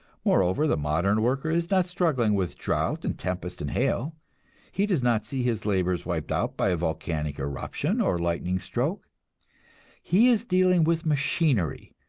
moreover, the modern worker is not struggling with drought and tempest and hail he does not see his labors wiped out by volcanic eruption or lightning stroke he is dealing with machinery,